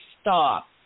stop